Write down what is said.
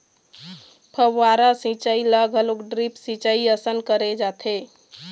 फव्हारा सिंचई ल घलोक ड्रिप सिंचई असन करे जाथे